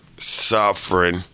Suffering